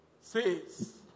says